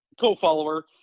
co-follower